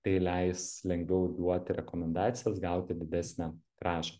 tai leis lengviau duoti rekomendacijas gauti didesnę grąžą